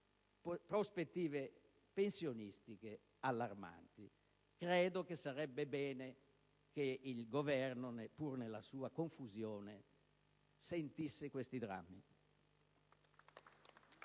prospettive pensionistiche allarmanti. Credo che sarebbe bene che il Governo, pur nella sua confusione, sentisse questi drammi.